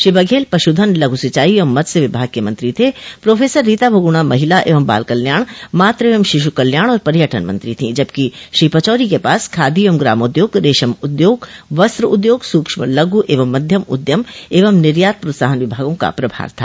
श्री बघेल पशुधन लघू सिंचाई एवं मत्स्य विभाग के मंत्री थे प्रो रीता बहुगुणा महिला एवं बाल कल्याण तथा मातृ एवं शिश् कल्याण और पर्यटन मंत्री थीं जबकि श्री पचौरी के पास खादी एवं ग्रामाद्योग रेशम उद्योग वस्त्र उद्योग सूक्ष्म लघू एवं मध्यम उद्यम एवं निर्यात प्रोत्साहन विभागों का प्रभार था